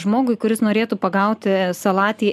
žmogui kuris norėtų pagauti salatį